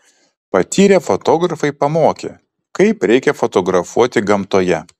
patyrę fotografai pamokė kaip reikia fotografuoti gamtoje